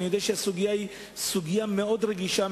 אני יודע שהסוגיה היא סוגיה מאוד רגישה,